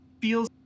feels